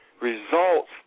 results